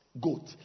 goat